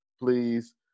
Please